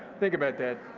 think about that.